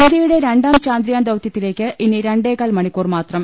ഇന്ത്യയുടെ രണ്ടാം ചന്ദ്രയാൻ ദൌതൃത്തിലേക്ക് ഇനി രണ്ടേ കാൽ മണിക്കൂർ മാത്രം